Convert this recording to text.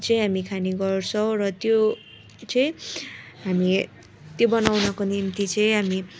चाहिँ हामी खाने गर्छौँ र त्यो चाहिँ हामी त्यो बनाउँनको निम्ति चाहिँ हामी